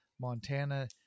Montana